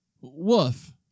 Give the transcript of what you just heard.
woof